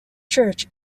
church